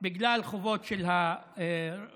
בגלל חובות של הרשות.